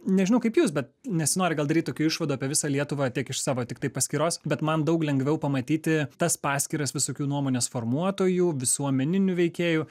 nežinau kaip jūs bet nesinori gal daryt tokių išvadų apie visą lietuvą tiek iš savo tiktai paskyros bet man daug lengviau pamatyti tas paskyras visokių nuomonės formuotojų visuomeninių veikėjų